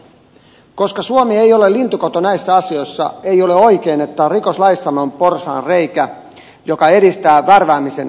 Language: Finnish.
koska suomi ei ole lintukoto näissä asioissa ei ole oikein että rikoslaissamme on porsaanreikä joka edistää värväämisen markkinointia